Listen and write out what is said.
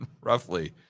roughly